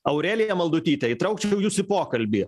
aurelija maldutyte įtraukčiau jus į pokalbį